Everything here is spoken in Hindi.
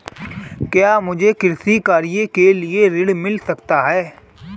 क्या मुझे कृषि कार्य के लिए ऋण मिल सकता है?